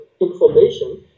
information